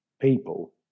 people